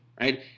right